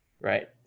right